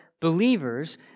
believers